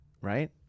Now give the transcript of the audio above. Right